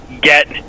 get